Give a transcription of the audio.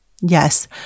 Yes